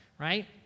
right